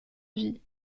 vies